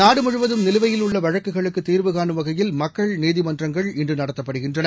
நாடு முழுவதும் நிலுவையில் உள்ள வழக்குகளுக்கு தீாவு காணும் வகையில் மக்கள் நீதிமன்றங்கள் இன்று நடத்தப்படுகின்றன